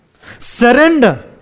Surrender